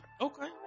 okay